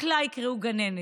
רק לה יקראו "גננת".